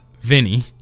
Vinny